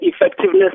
effectiveness